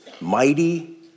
Mighty